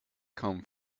come